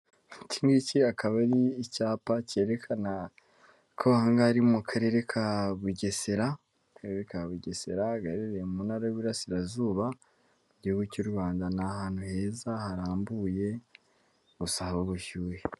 Iki ngiki akaba ari icyapa kerekana ko aga ngaha ari mu karere ka Bugesera, Akarere ka Bugesera gaherereye mu ntara y'iburasira zuba mu gihugu cy'urwanda, ni ahantu heza harambuye gusa haba ubushyuhe.